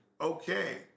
Okay